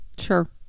Sure